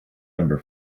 number